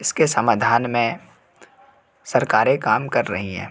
इसके समाधान में सरकारें काम कर रही हैं